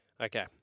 Okay